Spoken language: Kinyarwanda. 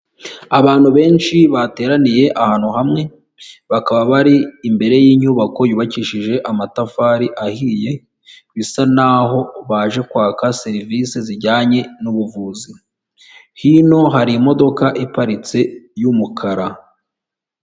Abantu benshi bateraniye ahantu hamwe bakaba bari imbere y'inyubako yubakishije amatafari ahiye bisa naho baje kwaka serivisi zijyanye nubuvuzi hino hari imodoka iparitse y'umukara.